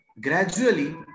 gradually